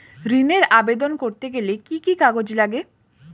ঋণের আবেদন করতে গেলে কি কি কাগজ লাগে?